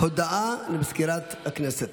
הודעה לסגנית מזכיר הכנסת.